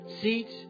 seat